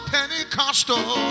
Pentecostal